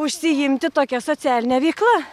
užsiimti tokia socialine veikla